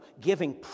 giving